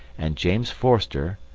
and james forster,